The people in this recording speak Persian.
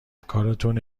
کارتون